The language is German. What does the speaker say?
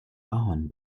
ahorn